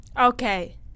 Okay